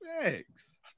Thanks